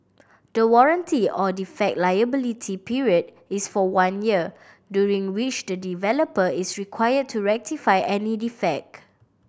the warranty or defect liability period is for one year during which the developer is require to rectify any defect